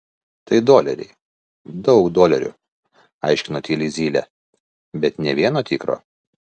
tai doleriai daug dolerių aiškino tyliai zylė bet nė vieno tikro